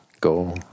go